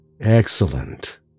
Excellent